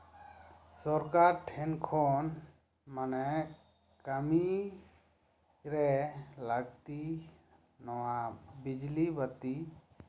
ᱥᱚᱨᱠᱟᱨ ᱴᱷᱮᱱ ᱠᱷᱚᱱ ᱢᱟᱱᱮ ᱠᱟᱹᱢᱤ ᱨᱮ ᱞᱟᱹᱠᱛᱤ ᱱᱚᱶᱟ ᱵᱤᱡᱽᱞᱤ ᱵᱟᱹᱛᱤ